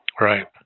Right